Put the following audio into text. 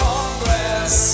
Congress